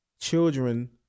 children